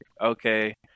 okay